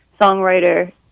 songwriter